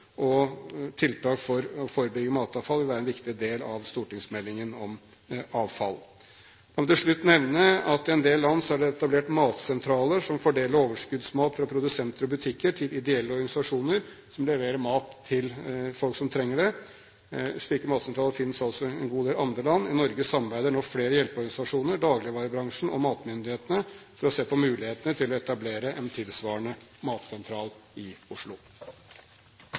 og tiltak for å forebygge matavfall vil være en viktig del av stortingsmeldingen om avfall. La meg til slutt nevne at i en del land er det etablert matsentraler som fordeler overskuddsmat fra produsenter og butikker til ideelle organisasjoner, som igjen leverer mat til folk som trenger det. Slike matsentraler finnes altså i en god del andre land. I Norge samarbeider nå flere hjelpeorganisasjoner, dagligvarebransjen og matmyndighetene for å se på mulighetene til å etablere en tilsvarende matsentral i Oslo.